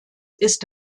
ist